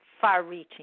far-reaching